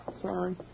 Sorry